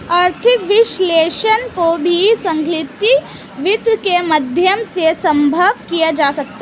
आर्थिक विश्लेषण को भी संगणकीय वित्त के माध्यम से सम्भव किया जा सकता है